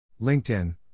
LinkedIn